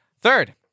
Third